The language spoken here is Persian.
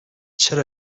چرا